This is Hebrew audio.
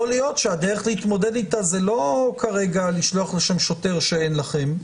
יכול להיות שהדרך להתמודד איתה זה לא לשלוח לשם שוטר שאין לכם,